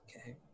Okay